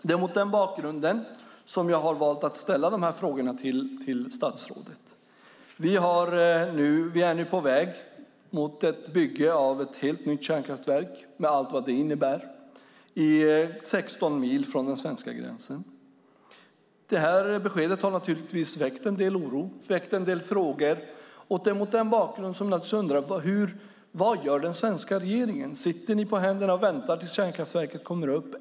Det är mot den bakgrunden som jag har valt att ställa frågorna till statsrådet. Vi är nu på väg mot ett bygge av ett helt nytt kärnkraftverk med allt vad det innebär 16 mil från den svenska gränsen. Det beskedet har väckt en del oro och en del frågor. Vad gör den svenska regeringen? Sitter ni på händerna och väntar tills kärnkraftverket kommer upp?